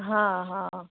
હા હા